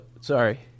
Sorry